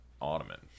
ottoman